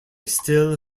still